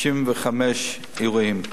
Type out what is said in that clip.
95 אירועים.